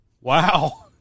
Wow